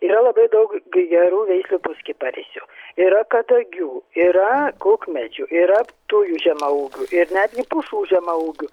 yra labai daug gerų veislių puskiparisių yra kadagių yra kukmedžių yra tujų žemaūgių ir netgi pušų žemaūgių